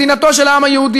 מדינתו של העם היהודי,